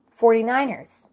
49ers